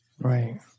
Right